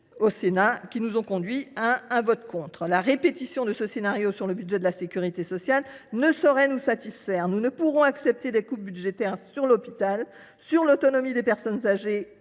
2025, ce qui nous a conduits à voter contre le budget. La répétition de ce scénario sur le budget de la sécurité sociale ne saurait nous satisfaire. Nous ne pouvons accepter des coupes budgétaires sur l’hôpital, sur l’autonomie des personnes âgées